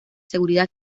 seguridad